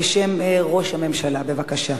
בבקשה.